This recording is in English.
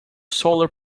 solar